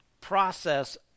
process